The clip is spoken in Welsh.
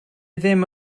ddim